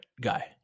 guy